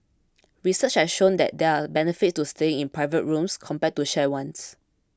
research has shown that there are benefits to staying in private rooms compared to shared ones